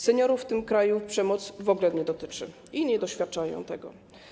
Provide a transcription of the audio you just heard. Seniorów w tym kraju przemoc w ogóle nie dotyczy, nie doświadczają jej.